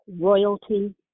royalty